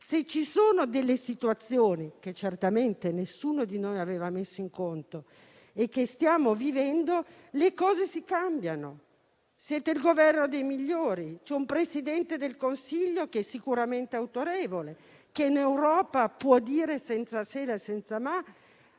Se ci sono delle situazioni, che certamente nessuno di noi aveva messo in conto e che stiamo vivendo, le cose si cambiano. Siete il Governo dei migliori. C'è un Presidente del Consiglio sicuramente autorevole, che in Europa può esprimere, senza se e senza ma